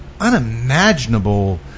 unimaginable